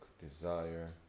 desire